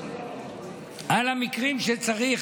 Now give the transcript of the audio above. על מקרים שצריך